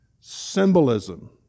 symbolism